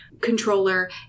controller